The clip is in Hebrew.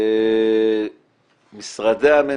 משרדי הממשלה,